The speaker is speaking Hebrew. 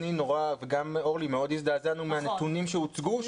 אני ואורלי מאוד הזדעזנו מהנתונים שהוצגו,